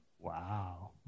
Wow